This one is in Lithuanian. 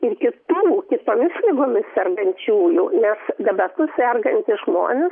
ir kitų kitomis ligomis sergančiųjų nes diabetu sergantys žmonės